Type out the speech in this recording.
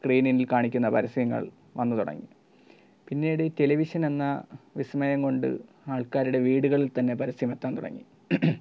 സ്ക്രീനിൽ കാണിക്കുന്ന പരസ്യങ്ങൾ വന്നുതൊടങ്ങിയത് പിന്നീട് ഈ ടെലിവിഷൻ എന്ന വിസ്മയം കൊണ്ട് ആൾക്കാരുടെ വീടുകളിൽ തന്നെ പരസ്യം എത്താൻ തുടങ്ങി